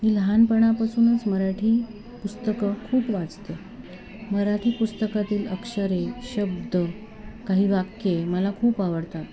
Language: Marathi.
मी लहानपणापासूनच मराठी पुस्तकं खूप वाचते मराठी पुस्तकातील अक्षरे शब्द काही वाक्ये मला खूप आवडतात